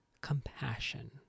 compassion